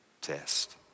test